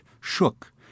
shook